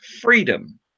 freedom